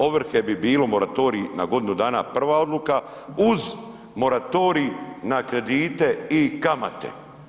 Ovrhe bi bilo moratorij na godinu dana prva odluka uz moratorij na kredite i kamate.